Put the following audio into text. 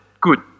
Good